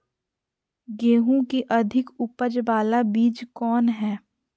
गेंहू की अधिक उपज बाला बीज कौन हैं?